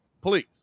please